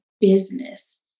business